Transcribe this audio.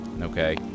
okay